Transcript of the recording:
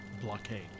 blockade